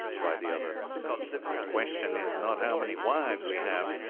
cried the other the question is not how many wives we have,